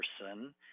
person